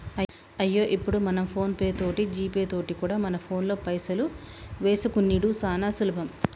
అయ్యో ఇప్పుడు మనం ఫోన్ పే తోటి జీపే తోటి కూడా మన ఫోన్లో పైసలు వేసుకునిడు సానా సులభం